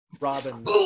Robin